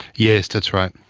yes, that's right.